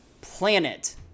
planet